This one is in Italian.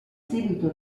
seguito